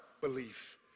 belief